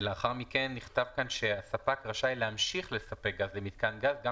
ולאחר מכן נכתב כאן שהספק רשאי להמשיך לספק גז למיתקן גז גם